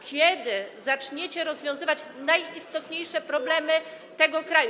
Kiedy zaczniecie rozwiązywać najistotniejsze problemy tego kraju?